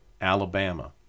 Alabama